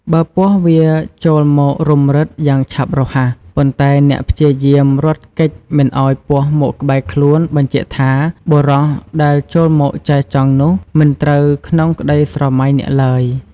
បើពស់វារចូលមករុំរឹតយ៉ាងឆាប់រហ័ស ប៉ុន្តែអ្នកព្យាយាមរត់គេចមិនឲ្យពស់មកក្បែរខ្លួនបញ្ជាក់ថា បុរសដែល ចូលមកចែចង់នោះមិនត្រូវក្នុងក្តីស្រមៃអ្នកឡើយ។